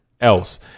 else